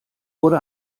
wurde